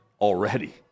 already